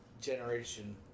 Generation